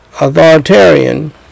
Authoritarian